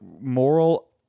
moral